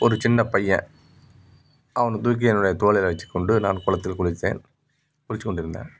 ஒரு சின்ன பையன் அவனை தூக்கி என்னுடைய தோளில் வச்சி கொண்டு நான் குளத்துல குளித்தேன் குளித்து கொண்டு இருந்தேன்